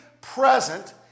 present